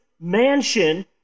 mansion